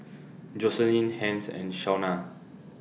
Joselin Hence and Shawnna